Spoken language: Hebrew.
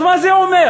אז מה זה אומר?